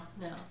No